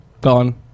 gone